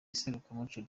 iserukiramuco